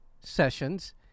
Sessions